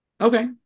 okay